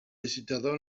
licitador